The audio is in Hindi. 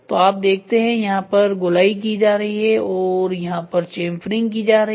तो आप देखते हैं यहां पर गोलाई की जा रही है और यहां पर चेंफरिंग की जा रही है